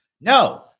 No